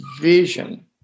vision